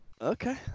Okay